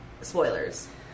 spoilers